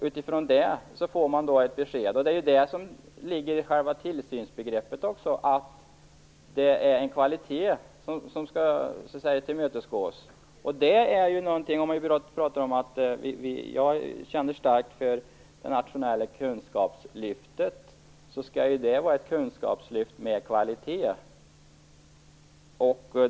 Utifrån den prövningen får man sedan besked. I själva tillsynsbegreppet ligger också att en viss kvalitet skall uppnås. Jag känner starkt för det nationella kunskapslyftet. Men det skall vara ett kunskapslyft med kvalitet.